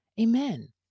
Amen